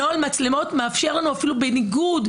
נוהל המצלמות מאפשר לנו אפילו בניגוד,